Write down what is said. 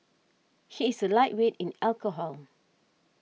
he is a lightweight in alcohol